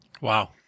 Wow